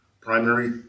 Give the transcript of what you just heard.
Primary